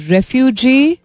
Refugee